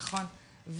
נכון.